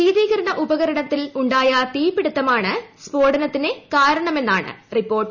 ശീതീകരണ ഉപകരണത്തിൽ ഉണ്ടായ തീപിടിത്തമാണ് സ്ഫോടനത്തിന് കാരണമായതെന്നാണ് റിപ്പോർട്ട്